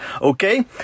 Okay